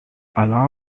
alloy